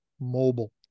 Mobile